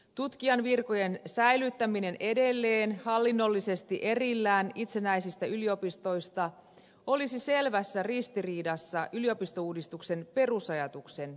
tutkijanvirkojen säilyttäminen edelleen hallinnollisesti erillään itsenäisistä yliopistoista olisi selvässä ristiriidassa yliopistouudistuksen perusajatuksen kanssa